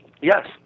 Yes